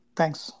Thanks